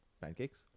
Pancakes